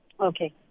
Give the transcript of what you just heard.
Okay